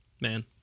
man